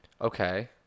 okay